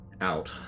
out